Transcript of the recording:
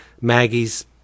Maggie's